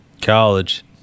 college